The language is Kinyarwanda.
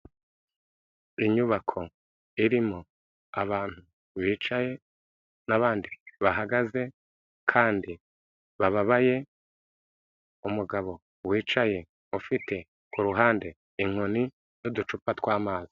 Inyubako irimo abantu bicaye n'abandi bahagaze kandi bababaye, umugabo wicaye ufite ku ruhande inkoni n'uducupa tw'amazi.